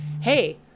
hey